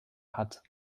hut